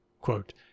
quote